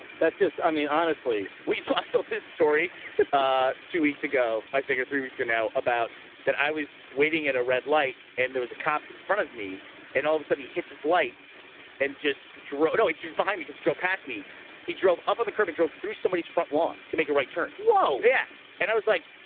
that's just i mean honestly we so ah thought this story two weeks ago. i figure three weeks ago now about that i was waiting at a red light and there was a cop in front of me and all of a sudden he hits his lights and just drone oh he chews behind because he drove past me he drove up on the curb and drove through somebody's front lawn to make a right turn whoa yeah, and i was like